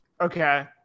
Okay